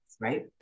Right